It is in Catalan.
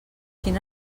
quin